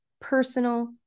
personal